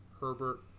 Herbert